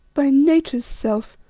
by nature's self!